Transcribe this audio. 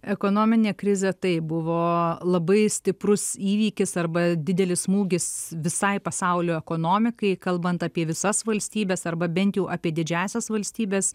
ekonominė krizė tai buvo labai stiprus įvykis arba didelis smūgis visai pasaulio ekonomikai kalbant apie visas valstybes arba bent jau apie didžiąsias valstybes